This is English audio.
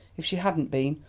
if she hadn't been,